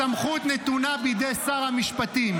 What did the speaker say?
הסמכות נתונה בידי שר המשפטים.